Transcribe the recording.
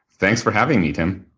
thanks for having me, tim.